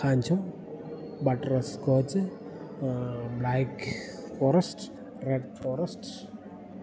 kaju butterscotch black forest red forest